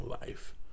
life